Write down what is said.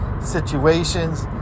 situations